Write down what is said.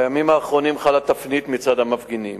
בימים האחרונים חלה תפנית מצד המפגינים,